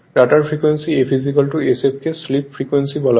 rotor frequency F2 sf কে slip frequency বলা হয়